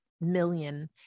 million